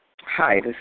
Hi